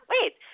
wait